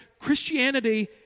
Christianity